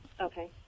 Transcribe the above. okay